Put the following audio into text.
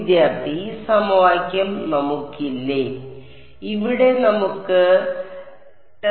വിദ്യാർത്ഥി ഈ സമവാക്യം നമുക്കില്ലേ സമയം കാണുക 1657 ടെസ്സലേഷൻ മുഴുവനും